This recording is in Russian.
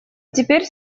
теперь